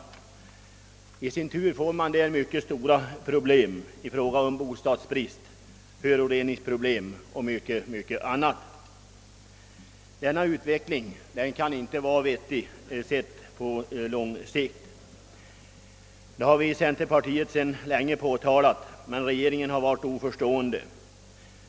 Det skapar i sin tur mycket stora problem i form av bostadsbrist, föroreningar och mycket annat. Denna utveckling kan på lång sikt inte vara vettig. Det har vi i centerpartiet sedan länge påtalat, men regeringen har varit oförstående.